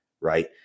right